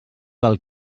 del